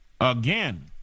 Again